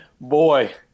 boy